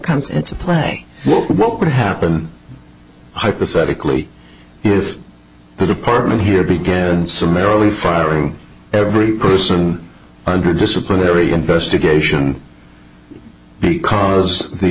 comes into play what would happen hypothetically if the department here began summarily firing every person under disciplinary investigation because